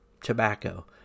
tobacco